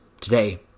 today